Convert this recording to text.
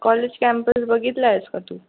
college campus बघितला आहेस का तू